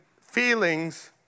feelings